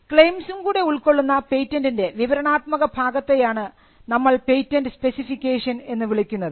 ക്ലെയിംസും കൂടെ ഉൾക്കൊള്ളുന്ന പേറ്റന്റിൻറെ വിവരണാത്മക ഭാഗത്തെയാണ് നമ്മൾ പേറ്റന്റ് സ്പെസിഫിക്കേഷൻ എന്ന് വിളിക്കുന്നത്